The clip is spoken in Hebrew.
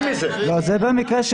(5)לבעלי התפקידים במוסד כאמור בפסקה (4),